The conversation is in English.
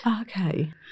Okay